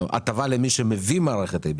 הטבה למי שמביא מערכת ABS